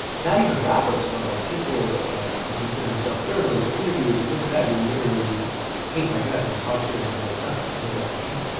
not even rappers, but like people like who consider themselves journalists, or interviewers, or this or that, who literally hate my guts and talk shit about me all the time, and it's like damn.